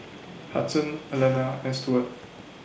Hudson Alana and Stuart